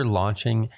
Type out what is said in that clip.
launching